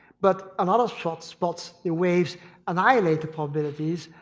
but a lot of soft spots, the waves annihilate the probabilities,